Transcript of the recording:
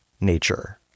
nature